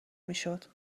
میشد